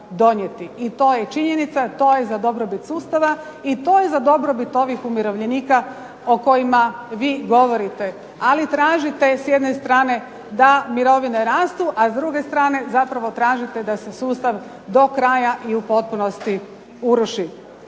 I to je činjenica, to je za dobrobit sustava i to je za dobrobit ovih umirovljenika o kojima vi govorite. Ali tražite s jedne strane da mirovine rastu, a s druge strane zapravo tražite da se sustav do kraja i u potpunosti uruši.